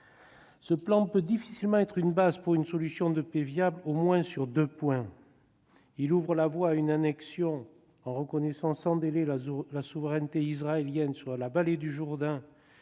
Ce plan peut difficilement être une base pour une solution de paix viable au moins sur deux points : d'une part, il ouvre la voie à une annexion en reconnaissant sans délai la souveraineté israélienne sur la vallée du Jourdain